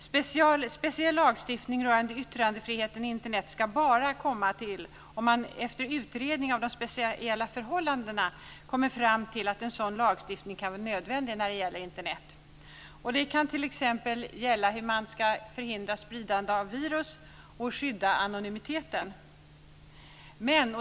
Speciell lagstiftning rörande yttrandefriheten i Internet ska bara komma till om man efter utredning av de speciella förhållandena kommer fram till att en sådan lagstiftning kan vara nödvändig när det gäller Internet. Det kan t.ex. gälla hur man ska förhindra spridande av virus och skydda anonymiteten.